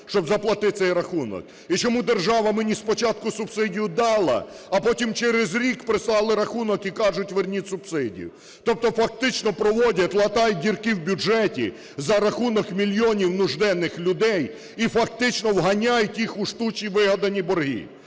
щоб заплатити цей рахунок. І чому держава мені спочатку субсидію дала, а потім через рік прислали рахунок і кажуть, верніть субсидію? Тобто фактично проводять, латають дірки в бюджеті за рахунок мільйонів нужденних людей і фактично вганяють їх у штучні вигадані борги.